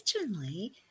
originally